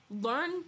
Learn